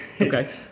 Okay